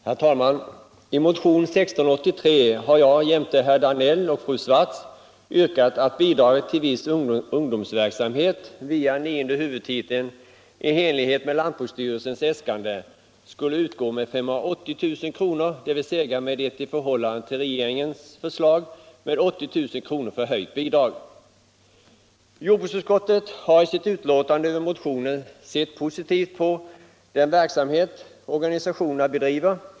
Herr talman! I motionen 1683 har jag jämte herr Danell och fru Swartz yrkat att bidrag till viss ungdomsverksamhet via nionde huvudtiteln i enlighet med lantbruksstyrelsens äskanden skulle utgå med 580 000 kr., dvs. med ett i förhållande till regeringens förslag med 80 000 kr förhöjt bidrag. Jordbruksutskottet har i sitt uttalande över motionen i betänkandet sett positivt på den verksamhet organisationerna bedriver.